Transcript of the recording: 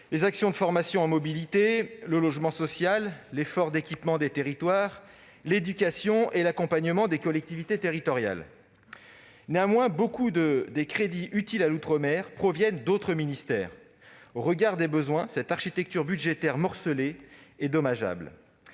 les actions de formation en mobilité, le logement social, l'effort d'équipement des territoires et l'éducation et l'accompagnement des collectivités territoriales. Néanmoins, beaucoup des crédits utiles à l'outre-mer proviennent d'autres ministères. Au regard des besoins, cette architecture budgétaire morcelée est dommageable.